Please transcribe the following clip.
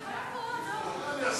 מחזיק --- אבל אין